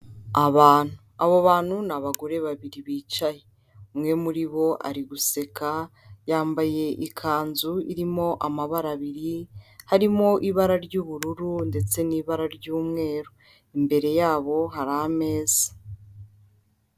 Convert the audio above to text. abantu, abo bantu n'abagore babiri bicaye, umwe muri bo ari guseka, yambaye ikanzu irimo amabara abiri harimo ibara ry'ubururu ndetse n'ibara ry'umweru, imbere yabo hari ameza.